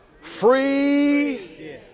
free